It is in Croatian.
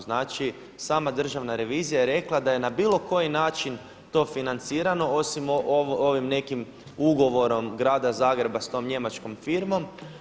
Znači sama državna revizija je rekla da je na bilo koji način to financirano osim ovim nekim ugovorom grada Zagreba sa tom njemačkom firmom.